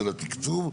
של התקצוב,